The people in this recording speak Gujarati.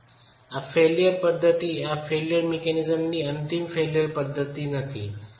આ ફેઇલ્યર પદ્ધતિ આ ફેઇલ્યર મિકેનિઝમની અંતિમ ફેઇલ્યર પદ્ધતિ નથી